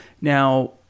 Now